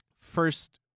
first